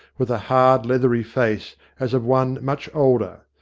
with a hard, leathery face as of one much older.